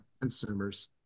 consumers